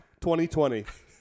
2020